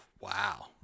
wow